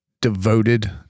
devoted